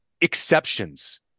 exceptions